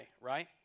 right